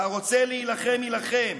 והרוצה להילחם יילחם,